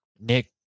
nick